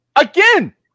Again